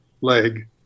leg